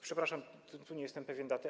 Przepraszam, nie jestem pewien daty.